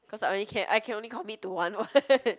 cause I only can I can only commit to [one] [what]